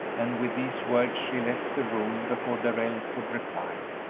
and with these words she left the room before darrell could reply.